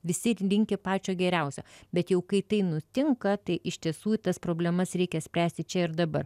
visi linki pačio geriausio bet jau kai tai nutinka tai iš tiesų tas problemas reikia spręsti čia ir dabar